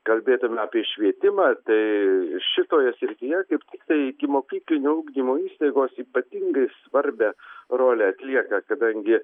kalbėtum apie švietimą tai šitoje srityje kaip tiktai ikimokyklinio ugdymo įstaigos ypatingai svarbią rolę atlieka kadangi